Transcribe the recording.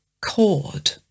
cord